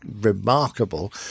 remarkable